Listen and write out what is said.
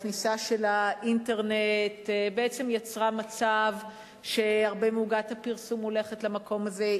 הכניסה של האינטרנט בעצם יצרה מצב שהרבה מעוגת הפרסום הולכת למקום הזה,